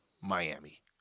miami